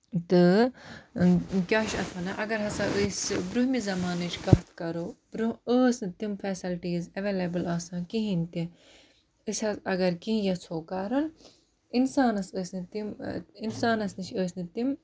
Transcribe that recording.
تہٕ کیٛاہ چھِ اَتھ وَنان اَگَر ہَسا أسۍ برٛۄہمہِ زَمانٕچ کَتھ کَرو برٛونٛہہ ٲس نہٕ تِم فٮ۪سَلٹیٖز ایویلیبل آسان کِہیٖنۍ تہِ أسۍ حظ اگر کیٚنٛہہ یَژھو کَرُن اِنسانَس ٲسۍ نہٕ تِم اِنسانَس نِش ٲسۍ نہٕ تِم